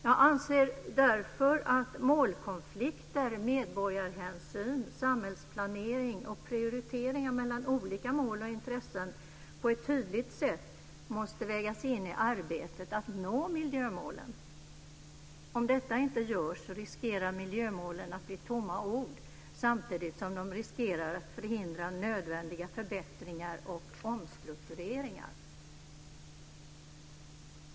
Jag anser därför att målkonflikter, medborgarhänsyn, samhällsplanering och prioriteringar mellan olika mål och intressen på ett tydligt sätt måste vägas in i arbetet att nå miljömålen. Om detta inte görs riskerar miljömålen att bli tomma ord samtidigt som de riskerar att förhindra nödvändiga förbättringar och omstruktureringar.